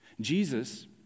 Jesus